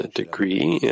degree